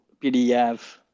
PDF